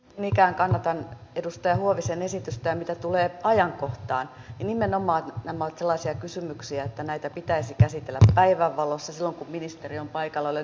mikään kannattanut edustaja huovisen esitystä mitä tulee ajankohtaan nimenomaan ammattilaisia kysymyksiä että näitä pitäisi käsitellä päivänvalossassa ministeri on paikalla olleen